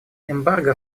эмбарго